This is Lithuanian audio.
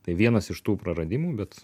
tai vienas iš tų praradimų bet